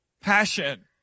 passion